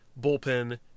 bullpen